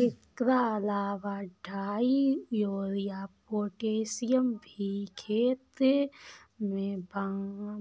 एकरा अलावा डाई, यूरिया, पोतेशियम भी खेते में